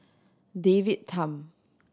David Tham